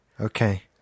Okay